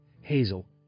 Hazel